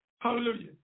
Hallelujah